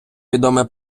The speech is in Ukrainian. відомої